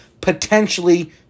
potentially